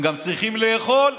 הם גם צריכים לאכול,